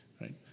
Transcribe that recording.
right